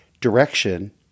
direction